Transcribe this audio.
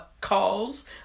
calls